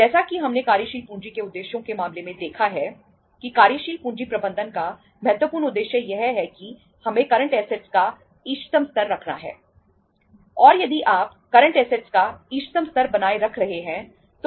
और यदि आप करंट ऐसेटस है